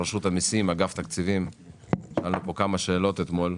עלו פה כמה שאלות אתמול,